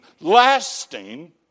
lasting